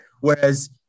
Whereas